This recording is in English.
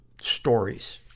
stories